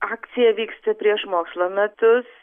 akcija vyksta prieš mokslo metus